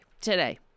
today